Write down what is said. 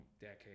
decade